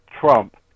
Trump